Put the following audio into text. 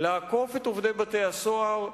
לעקוף את עובדי בתי-הסוהר,